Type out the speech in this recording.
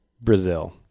brazil